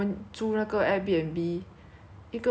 err 正我们住五天大概